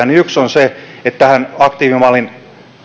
niin yksi on se että tähän aktiivimallin